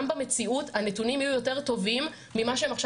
במציאות הנתונים יהיו יותר טובים ממה שהם עכשיו.